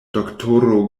doktoro